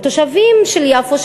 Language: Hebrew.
התושבים של יפו,